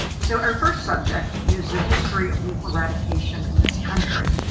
so our first subject is the history of wolf eradication in this country.